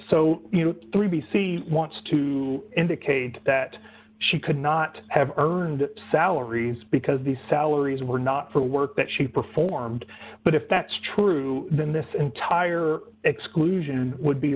so three b c wants to indicate that she could not have earned salaries because these salaries were not for work that she performed but if that's true then this entire exclusion would be